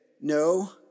no